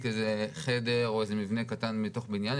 איזה חדר או איזה מבנה קטן מתוך בניין,